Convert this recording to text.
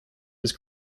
was